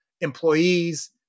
employees